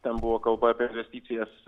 ten buvo kalba apie investicijas